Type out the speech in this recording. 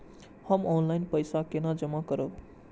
हम ऑनलाइन पैसा केना जमा करब?